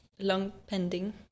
long-pending